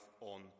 on